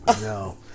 No